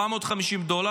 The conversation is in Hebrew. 450 דולר,